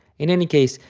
in any case,